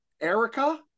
Erica